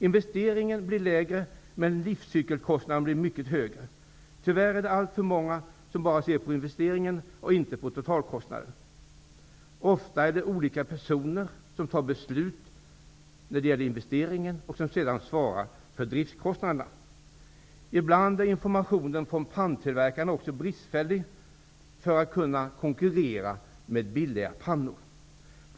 Investeringen blir lägre men livscykelkostnaden blir mycket högre. Tyvärr är det alltför många som bara ser till investeringen och inte till totalkostnaden. Ofta är det olika personer som fattar beslut om investeringen och som sedan svarar för driftskostnaderna. Ibland är informationen från panntillverkarna också bristfällig för att de skall kunna konkurrera med billiga pannor.